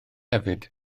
hefyd